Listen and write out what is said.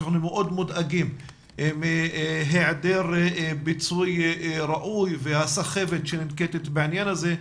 אנחנו מאוד מודאגים מהיעדר פיצוי ראוי והסחבת שננקטת בעניין הזה.